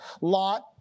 lot